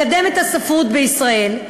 לקדם את הספרות בישראל,